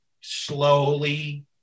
slowly